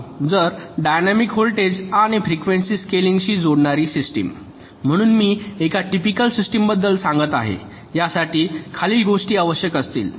तर dynamic voltage आणि frequency स्केलिंगशी जोडणारी सिस्टिम म्हणून मी एका टिपिकल सिस्टमबद्दल सांगत आहे यासाठी खालील गोष्टी आवश्यक असतील